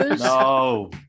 No